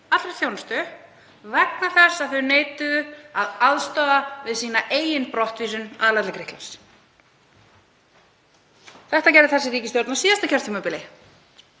allri þjónustu vegna þess að þau neituðu að aðstoða við eigin brottvísun, aðallega til Grikklands. Þetta gerði þessi ríkisstjórn á síðasta kjörtímabili.